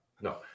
No